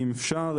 אם אפשר.